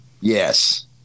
Yes